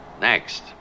Next